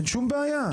אין שום בעיה,